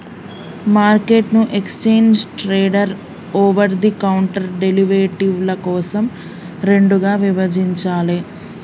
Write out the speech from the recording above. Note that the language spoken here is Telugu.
మార్కెట్ను exchange traded, over the counter డెరివేటివ్ల కోసం రెండుగా విభజించాలే